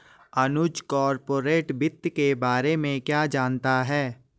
अनुज corporate वित्त के बारे में क्या जानता है?